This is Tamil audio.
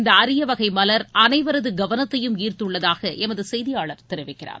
இந்த அரியவகை மலர் அனைவரது கவனத்தையும் ஈர்த்துள்ளதாக எமது செய்தியாளர் தெரிவிக்கிறார்